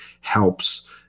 helps